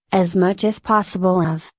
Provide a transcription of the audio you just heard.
as much as possible of,